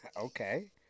Okay